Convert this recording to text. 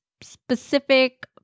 specific